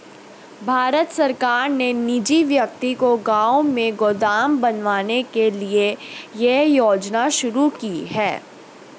भारत सरकार ने निजी व्यक्ति को गांव में गोदाम बनवाने के लिए यह योजना शुरू की है